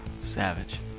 Savage